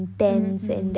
mm mm